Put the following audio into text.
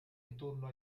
intorno